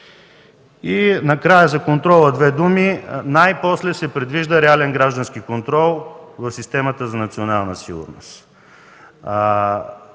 две думи за контрола. Най-после се предвижда реален граждански контрол в системата за национална сигурност.